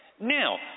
Now